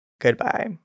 goodbye